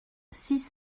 six